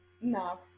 no